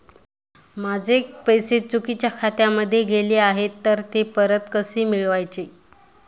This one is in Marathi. माझे पैसे चुकीच्या खात्यामध्ये गेले आहेत तर ते परत कसे मिळवायचे?